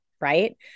right